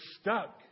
stuck